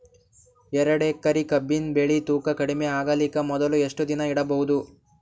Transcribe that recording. ಎರಡೇಕರಿ ಕಬ್ಬಿನ್ ಬೆಳಿ ತೂಕ ಕಡಿಮೆ ಆಗಲಿಕ ಮೊದಲು ಎಷ್ಟ ದಿನ ಇಡಬಹುದು?